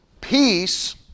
Peace